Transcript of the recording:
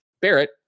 Barrett